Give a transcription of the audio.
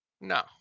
No